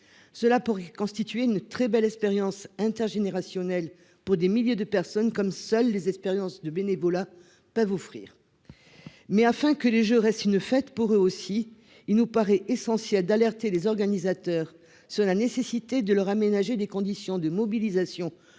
Cela pourrait constituer une très belle expérience intergénérationnelle pour des milliers de personnes comme seuls les expériences de bénévolat peuvent offrir. Mais afin que les jeux restent une fête pour eux aussi. Il nous paraît essentiel d'alerter les organisateurs sur la nécessité de leur aménager des conditions de mobilisation plus